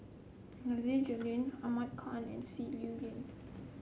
Nasir Jalil Ahmad Khan and Sim